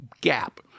gap